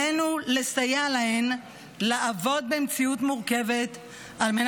עלינו לסייע להן לעבוד במציאות מורכבת כדי